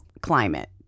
climate